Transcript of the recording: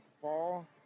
fall